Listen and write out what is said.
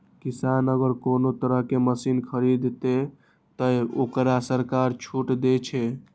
किसान अगर कोनो तरह के मशीन खरीद ते तय वोकरा सरकार छूट दे छे?